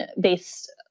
based